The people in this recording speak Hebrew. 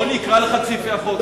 אז בוא ואקרא לך את סעיפי החוק.